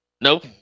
Nope